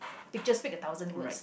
picture speak a thousand words